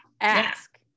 ask